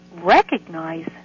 recognize